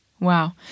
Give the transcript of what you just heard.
Wow